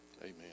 amen